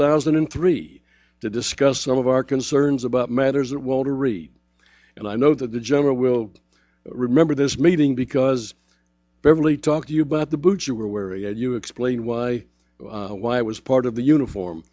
thousand and three to discuss some of our concerns about matters at walter reed and i know that the general will remember this meeting because beverly talk to you but the boots you were where you explain why why was part of the uniform